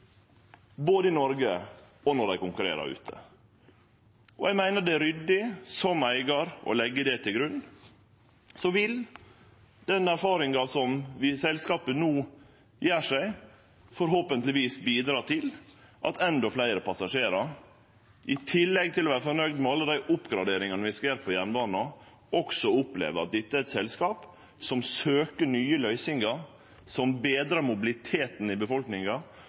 både i Noreg og når dei konkurrerer ute. Eg meiner det er ryddig som eigar å leggje det til grunn. Så vil den erfaringa som selskapet no gjer seg, forhåpentlegvis bidra til at enda fleire passasjerar – i tillegg til å vere fornøgde med alle dei oppgraderingane vi skal gjere på jernbana – opplever at dette er eit selskap som søkjer nye løysingar, som betrar mobiliteten i befolkninga,